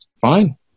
Fine